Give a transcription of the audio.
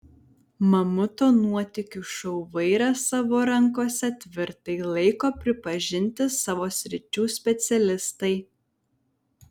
mamuto nuotykių šou vairą savo rankose tvirtai laiko pripažinti savo sričių specialistai